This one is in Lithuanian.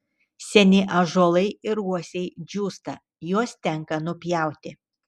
seni ąžuolai ir uosiai džiūsta juos tenka nupjauti